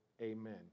Amen